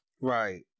right